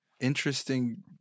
interesting